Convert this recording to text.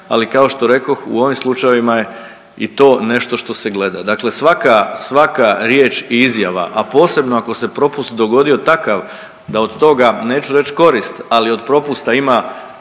ali kao što rekoh u ovim slučajevima je i to nešto što se gleda. Dakle, svaka riječi i izjava, a posebno ako se propust dogodio takav da od toga neću reć korist, ali od propusta ima